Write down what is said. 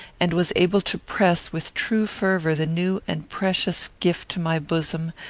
and was able to press with true fervour the new and precious gift to my bosom,